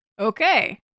Okay